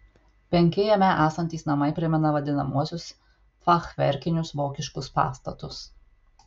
penki jame esantys namai primena vadinamuosius fachverkinius vokiškus pastatus